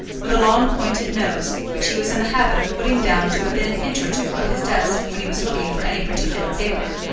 with a long pointed nose which he was in the habit of putting down to within an inch or two of his desk when he was looking for any particular paper,